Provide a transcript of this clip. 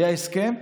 היה הסכם,